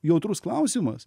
jautrus klausimas